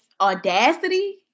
audacity